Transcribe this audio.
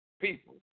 people